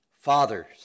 Fathers